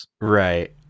Right